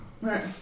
right